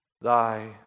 Thy